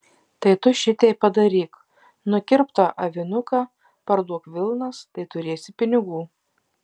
tai tu šiteip padaryk nukirpk tą avinuką parduok vilnas tai turėsi pinigų